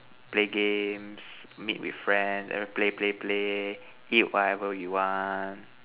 play games meet with friends play play play eat whatever you want